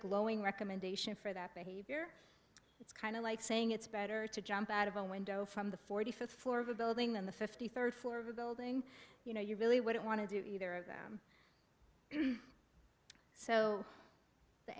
glowing recommendation for that behavior it's kind of like saying it's better to jump out of a window from the forty fifth floor of a building than the fifty third floor of a building you know you really wouldn't want to do either of them so the